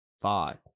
five